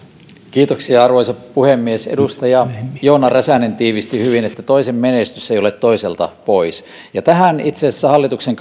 minuuttia arvoisa puhemies edustaja joona räsänen tiivisti hyvin että toisen menestys ei ole toiselta pois ja tähän itse asiassa hallituksen